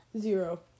Zero